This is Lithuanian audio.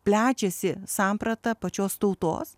plečiasi samprata pačios tautos